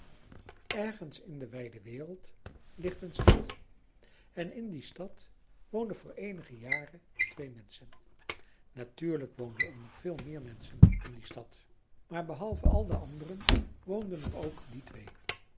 ergens in de wijde wereld ligt een stad en in die stad woonden voor eenige jaren twee menschen natuurlijk woonden er nog veel meer menschen in die stad maar behalve al de anderen woonden er ook die twee